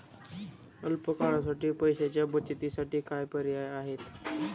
अल्प काळासाठी पैशाच्या बचतीसाठी काय पर्याय आहेत?